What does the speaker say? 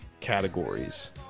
categories